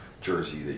jersey